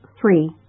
Three